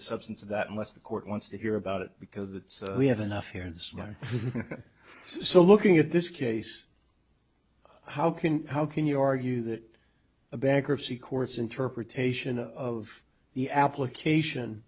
the substance of that unless the court wants to hear about it because it's we have enough here in this so looking at this case how can how can you argue that a bankruptcy courts interpretation of the application